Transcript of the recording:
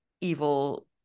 evil